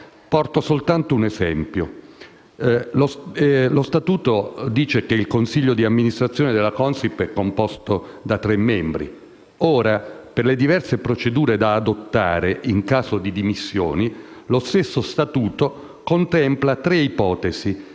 Porto soltanto un esempio. Lo statuto afferma che il consiglio d'amministrazione della Consip è composto da tre membri e, per le diverse procedure da adottare in caso di dimissioni, lo stesso statuto contempla tre ipotesi